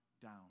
down